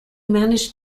managed